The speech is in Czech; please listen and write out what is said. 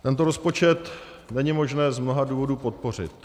Tento rozpočet není možné z mnoha důvodů podpořit.